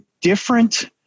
different